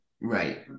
right